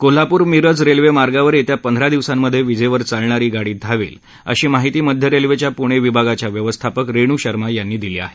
Kolhapur Miraj railway मार्गावर येत्या पंधरा दिवसांमध्ये विजेवर चालणारी गाडी धावेल अशी माहिती मध्य रेल्वेच्या पुणे विभागाच्या व्यवस्थापक रेणू शर्मा यांनी दिली आहे